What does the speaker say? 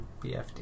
BFD